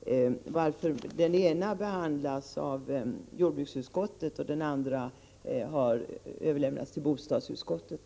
Varför har den ena behandlas av jordbruksutskottet och den andra överlämnats till bostadsutskottet?